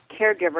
caregiver